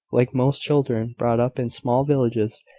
like most children brought up in small villages,